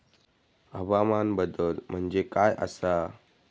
हवामान बदल म्हणजे काय आसा?